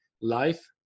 life